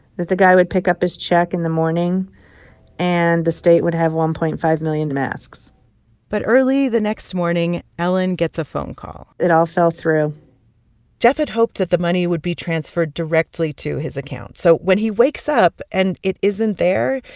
that the guy would pick up his check in the morning and the state would have one point five million masks but early the next morning, ellen gets a phone call it all fell through jeff had hoped that the money would be transferred directly to his account. so when he wakes up and it isn't there,